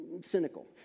cynical